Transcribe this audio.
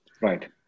Right